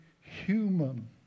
human